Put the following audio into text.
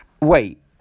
wait